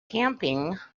camping